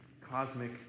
cosmic